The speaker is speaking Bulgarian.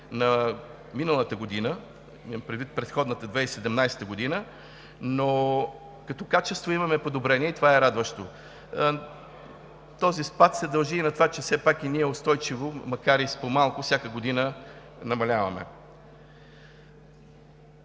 по отношение на предходната 2017 г., но като качество имаме подобрение и това е радващо. Този спад се дължи и на това, че все пак ние устойчиво, макар и с по малко, всяка година намаляваме.